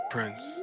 Prince